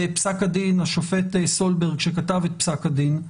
בפסק הדין השופט סולברג, שכתב את פסק הדין,